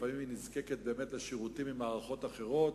לפעמים היא נזקקת באמת לשירותים ממערכות אחרות,